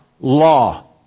law